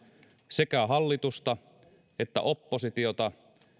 sekä hallitusta että oppositiota